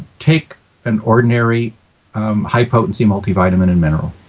take an ordinary high-potency multivitamin and mineral.